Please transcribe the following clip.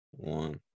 One